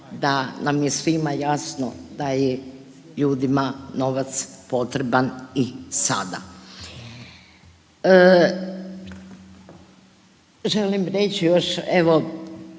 da nam je svima jasno da je ljudima novac potreban i sada. Želim reći još evo